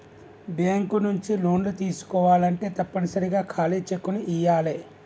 bank నుంచి లోన్లు తీసుకోవాలంటే తప్పనిసరిగా ఖాళీ చెక్కుని ఇయ్యాలే